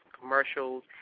commercials